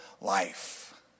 life